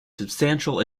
substantial